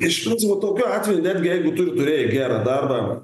iš pradžių va tokiu atveju net jeigu tu ir turėjei gera darbą